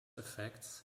effects